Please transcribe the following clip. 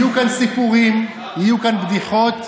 יהיו כאן סיפורים, בדיחות.